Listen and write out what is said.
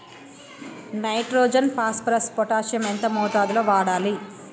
Nitrogen phosphorus potassium ఎంత మోతాదు లో వాడాలి?